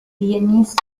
viennese